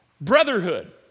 Brotherhood